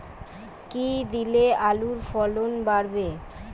কী দিলে আলুর ফলন বাড়বে?